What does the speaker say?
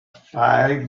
five